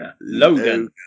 Logan